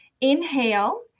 inhale